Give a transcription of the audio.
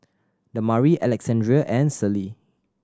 Damari Alexandria and Celie